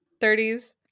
30s